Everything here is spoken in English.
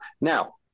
now